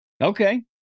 Okay